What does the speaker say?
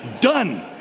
done